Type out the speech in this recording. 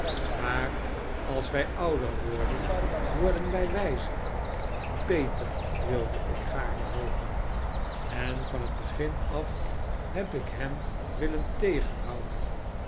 maar als wij ouder worden worden wij wijzer beter wilde ik gaarne hopen en van het begin af heb ik hem willen tegenhouden